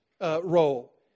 role